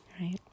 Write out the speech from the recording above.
right